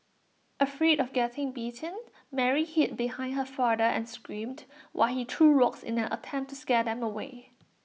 afraid of getting bitten Mary hid behind her father and screamed while he threw rocks in an attempt to scare them away